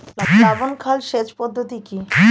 প্লাবন খাল সেচ পদ্ধতি কি?